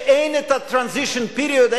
שאין את ה-transition period,